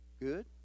Good